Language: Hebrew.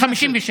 מה זה?